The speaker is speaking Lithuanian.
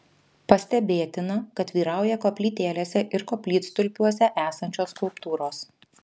pastebėtina kad vyrauja koplytėlėse ir koplytstulpiuose esančios skulptūros